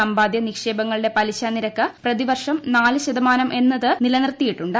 സമ്പാദ്യ നിക്ഷേപങ്ങളുടെ പലിശനിരക്ക് പ്രതിവർഷം നാല് ശതമാനം എന്നത് നിലനിർത്തിയിട്ടുണ്ട്